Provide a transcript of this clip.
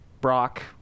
brock